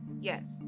Yes